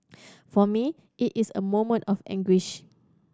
for me it is a moment of anguish